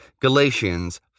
Galatians